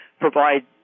provide